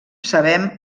sabem